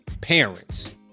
parents